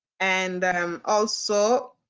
and also,